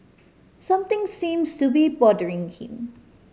something seems to be bothering him